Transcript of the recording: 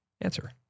answer